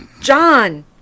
John